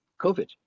COVID